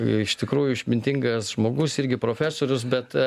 iš tikrųjų išmintingas žmogus irgi profesorius bet